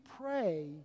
pray